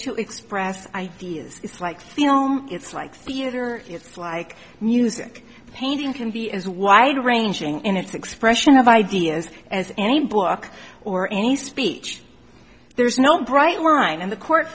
to express ideas it's like you know it's like theatre it's like music painting can be as wide ranging in its expression of ideas as any book or any speech there's no bright one and the court